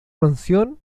mansión